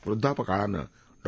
वृद्धापकाळानं डॉ